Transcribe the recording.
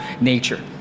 nature